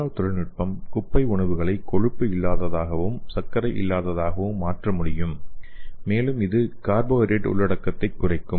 நானோ தொழில்நுட்பம் குப்பை உணவுகளை கொழுப்பு இல்லாததாகவும் சர்க்கரை இல்லாததாகவும் மாற்ற முடியும் மேலும் இது கார்போஹைட்ரேட் உள்ளடக்கத்தைக் குறைக்கும்